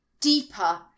deeper